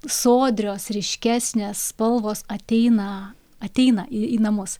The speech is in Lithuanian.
sodrios ryškesnės spalvos ateina ateina į į namus